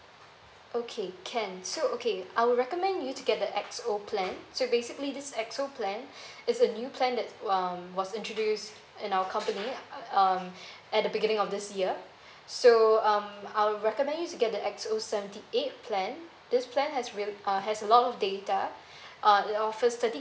okay can so okay I will recommend you to get the X_O plan so basically this X_O plan is a new plan that um was introduced in our company um at the beginning of this year so um I'll recommend you to get the X_O seventy eight plan this plan has real~ uh has a lot of data uh it offers thirty